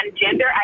gender